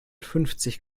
fünfzig